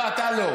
לא, אתה לא.